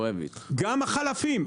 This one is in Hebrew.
גם החלפים.